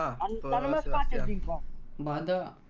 ah and animal life yeah in for but